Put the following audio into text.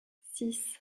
six